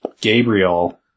Gabriel